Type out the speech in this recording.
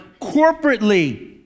corporately